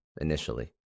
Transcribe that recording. Initially